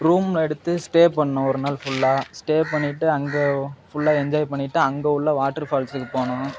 room எடுத்து stay பண்ணோம் ஒரு நாள் ஃபுல்லா ஸ்டே பண்ணிட்டு அங்க ஃபுல்லா என்ஜாய் பண்ணிட்டு அங்கே உள்ள வாட்ரு ஃபால்ஸுக்கு போனோம்